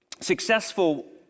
successful